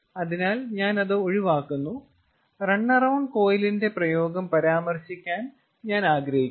അതിനാൽ ഞാൻ അത് ഒഴിവാക്കുന്നു റൺ എറൌണ്ട് കോയിലിന്റെ പ്രയോഗം പരാമർശിക്കാൻ ഞാൻ ആഗ്രഹിക്കുന്നു